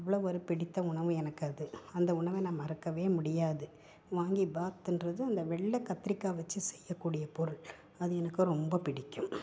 அவ்வளோ ஒரு பிடித்த உணவு எனக்கு அது அந்த உணவை நான் மறக்கவே முடியாது வாங்கிபாத்துன்றது அந்த வெள்ளை கத்திரிக்காய் வைச்சி செய்யக்கூடிய பொருள் அது எனக்கு ரொம்ப பிடிக்கும்